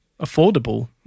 affordable